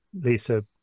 lisa